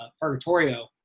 Purgatorio